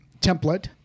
template